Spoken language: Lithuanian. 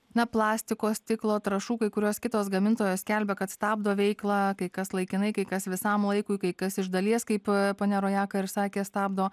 ne plastiko stiklo trąšų kai kurios kitos gamintojos skelbia kad stabdo veiklą kai kas laikinai kai kas visam laikui kai kas iš dalies kaip ponia rojaka ir sakė stabdo